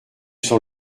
sens